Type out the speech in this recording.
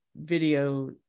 video